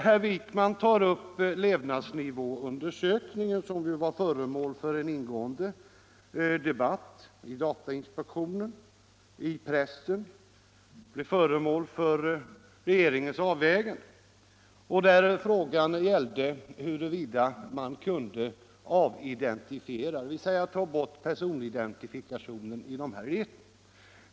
Herr Wijkman tar upp levnadsnivåundersökningen, som ju var föremål för ingående debatt i datainspektionen och i pressen och föranledde regeringens avvägande. Frågan gällde huruvida man kunde avidentifiera, dvs. ta bort personidentifikationen i dessa register.